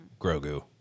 Grogu